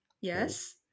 yes